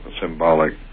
symbolic